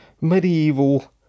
medieval